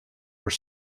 were